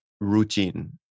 routine